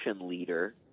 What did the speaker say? leader